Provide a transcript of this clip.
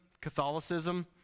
Catholicism